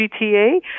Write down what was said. GTA